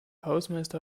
hausmeister